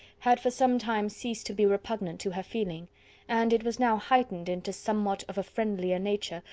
had for some time ceased to be repugnant to her feeling and it was now heightened into somewhat of a friendlier nature,